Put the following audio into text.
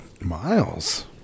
Miles